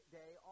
day